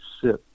sit